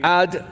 add